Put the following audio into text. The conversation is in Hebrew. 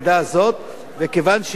כיוון שיש ציפייה,